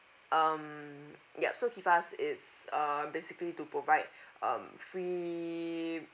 um yup so kifas is uh basically to provide um free